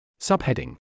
Subheading